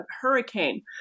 hurricane